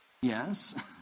Yes